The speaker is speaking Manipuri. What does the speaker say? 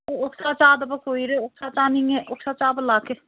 ꯑꯣꯛꯁꯥ ꯆꯥꯗꯕ ꯀꯨꯏꯔꯦ ꯑꯣꯛꯁꯥ ꯆꯥꯅꯤꯡꯉꯦ ꯑꯣꯛꯁꯥ ꯆꯥꯕ ꯂꯥꯛꯀꯦ